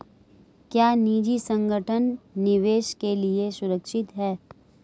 क्या निजी संगठन निवेश के लिए सुरक्षित हैं?